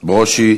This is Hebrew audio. ברושי.